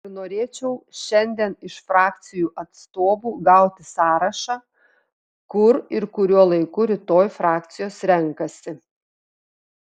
ir norėčiau šiandien iš frakcijų atstovų gauti sąrašą kur ir kuriuo laiku rytoj frakcijos renkasi